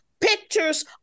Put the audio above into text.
pictures